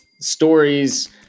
stories